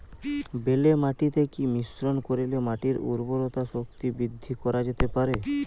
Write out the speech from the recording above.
বেলে মাটিতে কি মিশ্রণ করিলে মাটির উর্বরতা শক্তি বৃদ্ধি করা যেতে পারে?